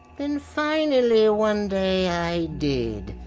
and finally one day i did.